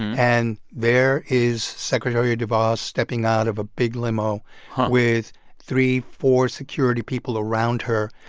and there is secretary devos stepping out of a big limo with three, four security people around her.